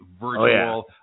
virtual